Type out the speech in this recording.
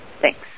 Thanks